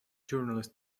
journalist